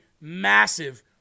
massive